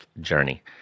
journey